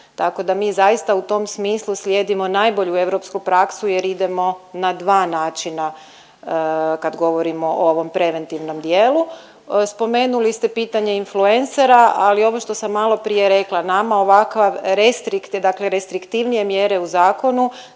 Tako da mi zaista u tom smislu slijedimo najbolju europsku praksu jer idemo na dva načina kad govorimo o ovom preventivnom dijelu. Spomenuli ste pitanje influensera, ali ovo što sam maloprije rekla nama ovakav restrikt dakle restriktivnije mjere u zakonu